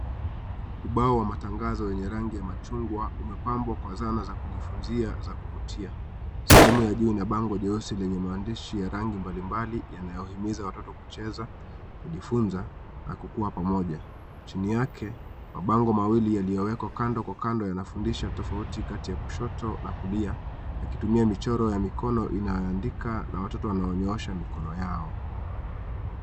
Ubao ya matangazo yenye rangi ya chungwa, umepambwa kwa zana za kujifunzia na kuvutia. Seheme ya juu lina bango jeusi lenye maandishi ya rangi mbali mbali yanayohimiza watoto kucheza, kujifunza na kukua pamoja. Chini yake, mabango mawili yaliyowekwa kando kwa kando yanafundisha tofauti kati ya kushoto na kulia, yakitumia michoro ya mikono inayoandika na watoto wananyosha mikono yao.